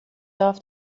off